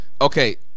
Okay